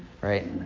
right